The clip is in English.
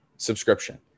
subscription